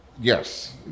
Yes